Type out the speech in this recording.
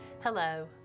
Hello